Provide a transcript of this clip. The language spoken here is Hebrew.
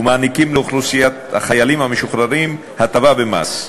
ומעניקים לאוכלוסיית החיילים המשוחררים הטבה במס.